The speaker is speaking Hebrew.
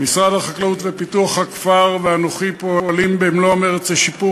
משרד החקלאות ופיתוח הכפר ואנוכי פועלים במלוא המרץ לשיפור